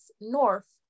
north